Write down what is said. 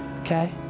okay